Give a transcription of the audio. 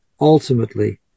ultimately